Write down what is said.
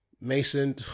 Mason